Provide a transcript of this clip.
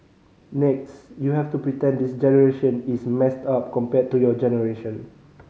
next you have to pretend this generation is messed up compared to your generation